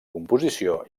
composició